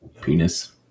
Penis